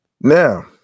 Now